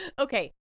Okay